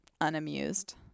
unamused